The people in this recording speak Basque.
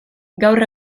gaur